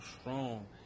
strong